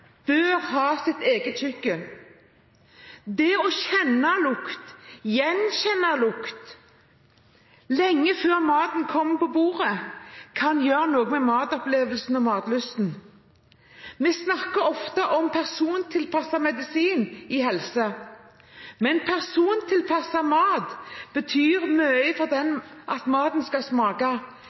bør ha sitt eget kjøkken. Det å kjenne lukt, gjenkjenne lukt, lenge før maten kommer på bordet, kan gjøre noe med matopplevelsen og matlysten. Vi snakker ofte om persontilpasset medisin på helsefeltet. Men persontilpasset mat betyr mye for at maten skal smake,